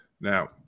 Now